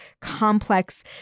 complex